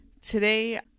Today